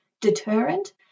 deterrent